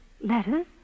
Letters